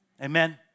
Amen